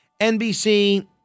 NBC